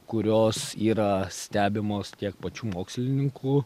kurios yra stebimos tiek pačių mokslininkų